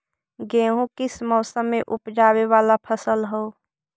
गेहूं किस मौसम में ऊपजावे वाला फसल हउ?